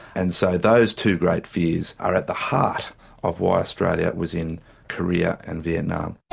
and so those two great fears are at the heart of why australia was in korea and vietnam.